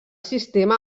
sistema